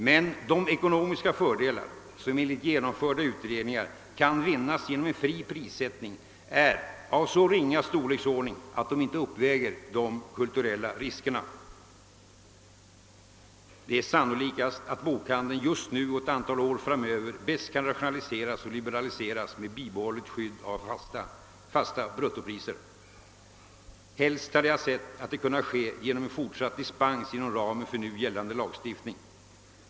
Men de ekonomiska fördelar, som enligt genomförda utredningar kan vinnas genom en fri prissättning, är av så ringa storleksordning att de inte uppväger de kulturella riskerna. Det mest sannolika är att bokhandeln just nu och under ett antal år framöver bäst kan rationaliseras och liberaliseras med bibehållet skydd av fasta bruttopriser. Helst hade jag sett att det kunnat ske genom en fortsatt dispens inom ramen för nu gällande lagstiftning.